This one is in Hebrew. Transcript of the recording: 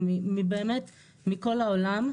באמת מכל העולם,